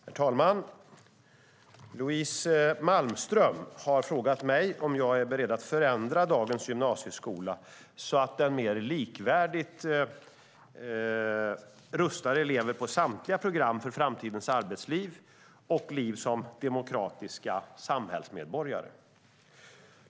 Herr talman! Louise Malmström har frågat mig om jag är beredd att förändra dagens gymnasieskola så att den mer likvärdigt rustar elever på samtliga program för framtidens arbetsliv och liv som demokratiska samhällsmedborgare.